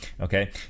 okay